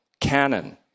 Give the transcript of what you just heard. canon